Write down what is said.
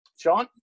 Sean